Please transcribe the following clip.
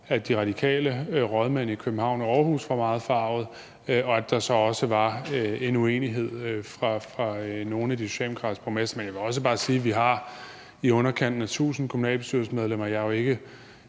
at de radikale rådmænd i København og Aarhus var meget forargede, og at der så også var en uenighed fra nogle af de socialdemokratiske borgmestre. Jeg vil også bare sige, at vi har i underkanten af 1.000 kommunalbestyrelsesmedlemmer.